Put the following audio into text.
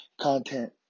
content